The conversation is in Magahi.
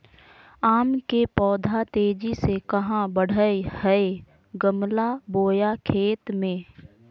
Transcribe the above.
आम के पौधा तेजी से कहा बढ़य हैय गमला बोया खेत मे?